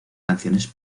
canciones